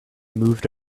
moved